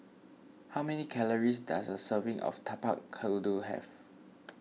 how many calories does a serving of Tapak Kuda have